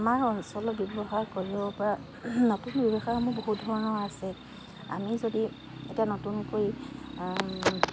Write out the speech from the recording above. আমাৰ অঞ্চলৰ ব্যৱসায় কৰিব পৰা নতুন ব্যৱসায়সমূহ বহুত ধৰণৰ আছে আমি যদি এতিয়া নতুনকৈ